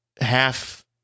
half